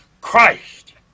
Christ